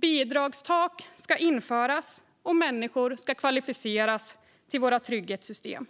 Bidragstak ska införas, och människor ska kvalificeras till våra trygghetssystem.